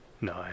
No